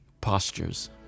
postures